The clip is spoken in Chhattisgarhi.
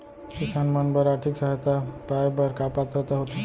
किसान मन बर आर्थिक सहायता पाय बर का पात्रता होथे?